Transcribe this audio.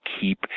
keep